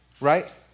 right